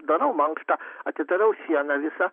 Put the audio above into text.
darau mankštą atidarau sieną visą